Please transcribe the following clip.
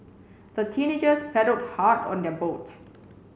the teenagers paddled hard on their boat